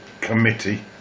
committee